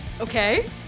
Okay